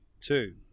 two